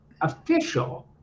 official